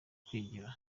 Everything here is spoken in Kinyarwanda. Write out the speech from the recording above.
kwigira